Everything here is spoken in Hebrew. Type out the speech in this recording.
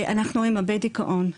אנחנו עם הרבה דיכאון,